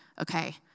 Okay